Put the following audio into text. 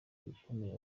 bikomeye